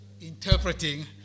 interpreting